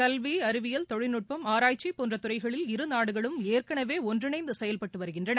கல்வி அறிவியல் தொழில்நுட்பம் ஆராய்ச்சி போன்ற துறைகளில் இரு நாடுகளும் ஏற்கனவே ஒன்றிணைந்து செயல்பட்டு வருகின்றன